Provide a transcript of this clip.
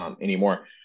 anymore